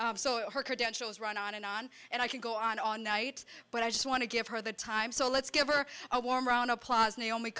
t so her credentials run on and on and i could go on on night but i just want to give her the time so let's give her a warm round of applause naomi